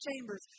Chambers